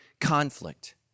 conflict